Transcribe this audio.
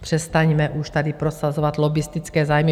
Přestaňme už tady prosazovat lobbistické zájmy.